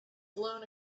blown